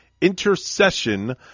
intercession